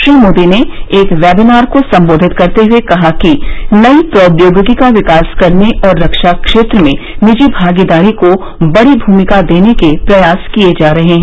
श्री मोदी ने एक वेबिनार को सम्बोधित करते हुए कहा कि नई प्रौद्योगिकी का विकास करने और रक्षा क्षेत्र में निजी भागीदारी को बड़ी भूमिका देने के प्रयास किए जा रहे हैं